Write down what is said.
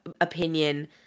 opinion